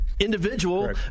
Individual